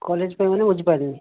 college ପାଇଁ ମାନେ ବୁଝିପାରିଲିନି